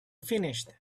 finished